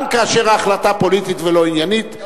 גם כאשר ההחלטה פוליטית ולא עניינית,